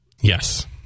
Yes